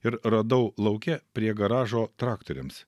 ir radau lauke prie garažo traktoriams